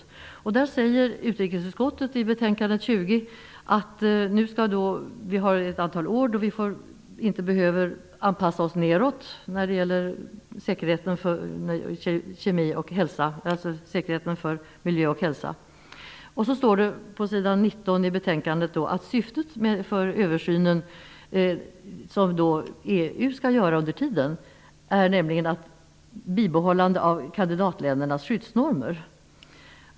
I betänkande 20 säger utrikesutskottet att vi under ett antal år inte behöver anpassa oss nedåt i fråga om säkerheten för miljö och hälsa. På s. 19 i betänkandet står det att syftet för översynen, som under tiden skall göras av EU, är ett bibehållande av kandidatländernas skyddsnormer.